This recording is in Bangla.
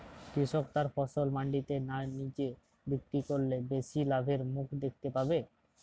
কৃষক তার ফসল মান্ডিতে না নিজে বিক্রি করলে বেশি লাভের মুখ দেখতে পাবে?